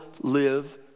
live